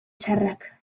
txarrak